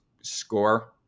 score